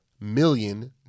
million